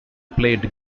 played